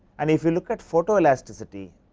and if you look at photo elasticity,